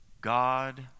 God